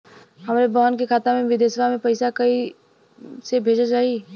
हमरे बहन के खाता मे विदेशवा मे पैसा कई से भेजल जाई?